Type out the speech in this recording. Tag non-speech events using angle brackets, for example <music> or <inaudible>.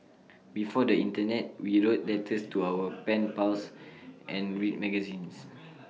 before the Internet we wrote letters to <noise> our pen pals and read magazines